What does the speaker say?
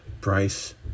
price